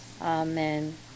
Amen